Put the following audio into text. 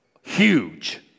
huge